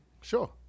Sure